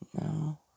No